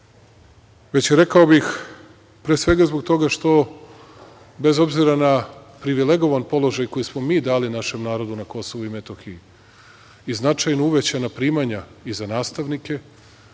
već, rekao bih, pre svega zbog toga što bez obzira na privilegovan položaj koji smo mi dali našem narodu na Kosovu i Metohiji i značajno uvećana primanja i za nastavnike,